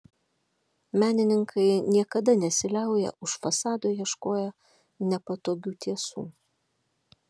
menininkai niekada nesiliauja už fasado ieškoję nepatogių tiesų